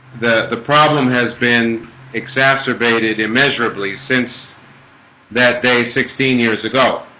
the the problem has been exacerbated immeasurably since that day sixteen years ago